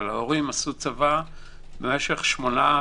אבל ההורים עשו צבא משך שמונה,